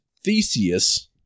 Theseus